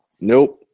Nope